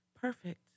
perfect